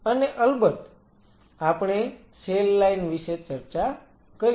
અને અલબત્ત આપણે સેલ લાઈન વિશે ચર્ચા કરી છે